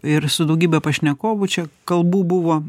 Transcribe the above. ir su daugybe pašnekovų čia kalbų buvo